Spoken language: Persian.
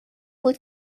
بود